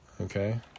Okay